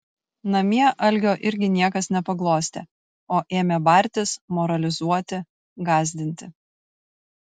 namie algio irgi niekas nepaglostė o ėmė bartis moralizuoti gąsdinti